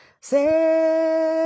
say